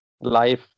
life